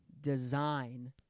design